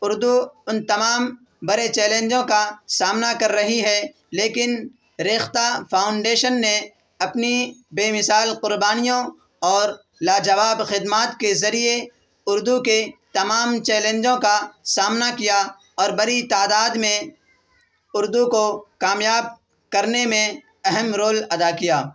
اردو ان تمام بڑے چیلنجوں کا سامنا کر رہی ہے لیکن ریختہ فاؤنڈیشن نے اپنی بے مثال قربانیوں اور لاجواب خدمات کے ذریعے اردو کے تمام چیلنجوں کا سامنا کیا اور بڑی تعداد میں اردو کو کامیاب کرنے میں اہم رول ادا کیا